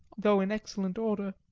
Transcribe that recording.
though in excellent order.